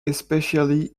especially